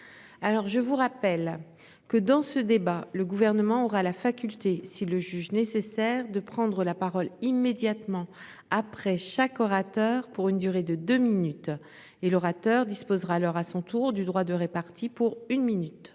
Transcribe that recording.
?» Je vous rappelle que, dans ce débat, le Gouvernement aura la faculté, s'il le juge nécessaire, de prendre la parole immédiatement après chaque orateur, pour une durée de deux minutes ; l'orateur disposera alors à son tour du droit de répartie, pour une minute.